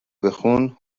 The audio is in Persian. بخون